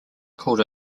called